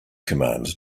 command